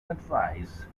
advise